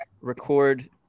record